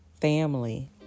family